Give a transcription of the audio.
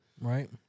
Right